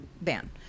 ban